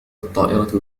الطائرة